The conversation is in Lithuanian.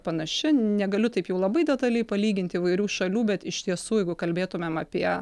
panaši negaliu taip jau labai detaliai palygint įvairių šalių bet iš tiesų jeigu kalbėtumėm apie